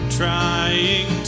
trying